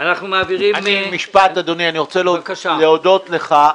אני רוצה להודות לך,